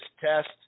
test